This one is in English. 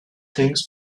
things